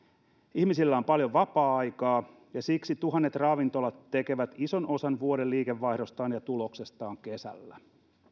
ihmisillä on paljon vapaa aikaa ja siksi tuhannet ravintolat tekevät ison osan vuoden liikevaihdostaan ja tuloksestaan kesällä